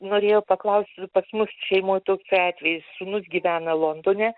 norėjau paklaust pas mus šeimoj toksai atvejis sūnus gyvena londone